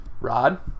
Rod